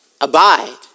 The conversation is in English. Abide